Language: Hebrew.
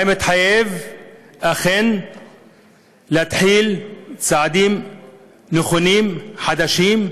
והיה מתחייב אכן להתחיל צעדים נכונים, חדשים,